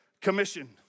commission